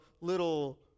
little